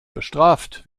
bestraft